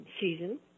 season